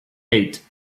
eight